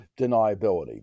deniability